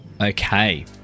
Okay